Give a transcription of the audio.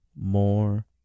more